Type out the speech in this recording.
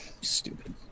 Stupid